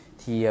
thì